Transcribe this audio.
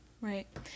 right